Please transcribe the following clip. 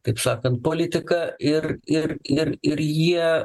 kaip sakant politiką ir ir ir ir jie